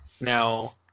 now